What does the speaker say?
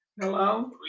Hello